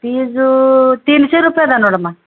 fees ತೀನ್ಶೇ ರೂಪಾಯಿ ಅದ ನೋಡಮ್ಮ